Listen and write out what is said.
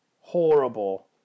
horrible